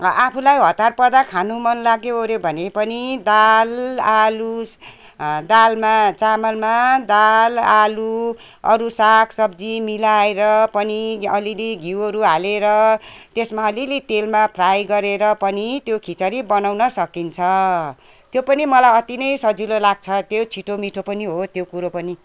आफूलाई हतार पर्दा खानु मनलाग्योओऱ्यो भने पनि दाल आलु दालमा चामलमा दाल आलु अरू सागसब्जी मिलाएर पनि अलिअलि घिउहरू हालेर त्यसमा अलिअलि तेलमा फ्राई गरेर पनि त्यो खिचडी बनाउन सकिन्छ त्यो पनि मलाई अति नै सजिलो लाग्छ त्यो छिटोमिठो पनि हो त्यो कुरो पनि